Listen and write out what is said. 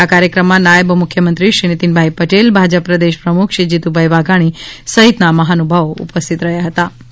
આ કાર્યક્રમમાં નાયબ મુખ્યમંત્રી શ્રી નીતિનભાઈ પટેલ ભાજપ પ્રદેશ પ્રમુખ શ્રી જીતુભાઈ વાઘાણી સહિતના મહાનુભાવો ઉપસ્થિત રહ્યાં હતાં